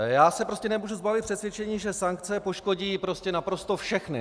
Já se prostě nemůžu zbavit přesvědčení, že sankce poškodí naprosto všechno.